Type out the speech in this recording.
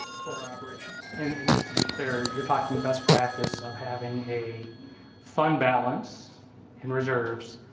for operations. and and just to be clear, you're talking the best practice of having a fund balance in reserves